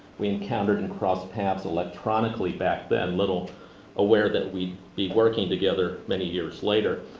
we encountered and crossed paths electronically back then, little aware that we'd be working together many years later.